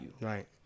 Right